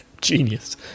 Genius